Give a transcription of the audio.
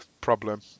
problem